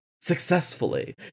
successfully